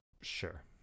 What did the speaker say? Sure